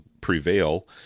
prevail